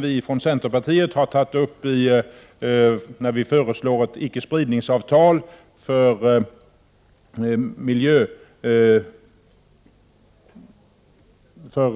Vi från centerpartiet har tagit upp denna fråga i vårt förslag om ett icke-spridningsavtal för